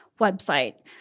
website